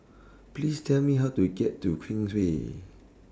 Please Tell Me How to get to Queensway